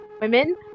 women